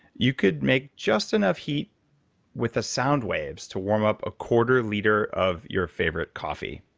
you could make just enough heat with the sounds waves to warm up a quarter liter of your favorite coffee.